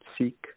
seek